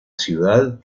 ciudad